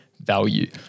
Value